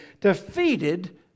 defeated